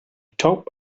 top